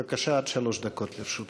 בבקשה, שלוש דקות לרשות אדוני.